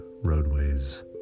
roadways